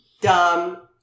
dumb